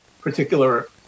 particular